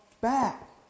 back